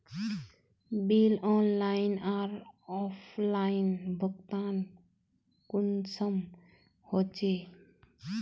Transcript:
Bill online आर offline भुगतान कुंसम होचे?